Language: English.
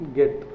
get